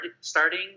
starting